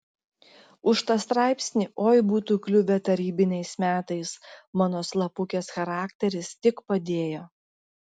už tą straipsnį oi būtų kliuvę tarybiniais metais mano slapukės charakteris tik padėjo